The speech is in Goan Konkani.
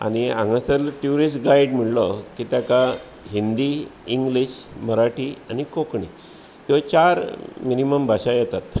आनी हांगासर ट्युरीस्ट गायड म्हणलो की तेका हिंदी इंग्लीश मराठी आनी कोंकणी ह्यो चार मिनिमम भाशा येतात